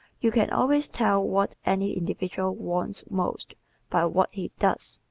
you can always tell what any individual wants most by what he does.